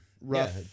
Rough